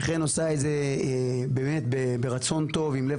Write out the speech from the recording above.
וחן עושה את זה באמת ברצון טוב עם לב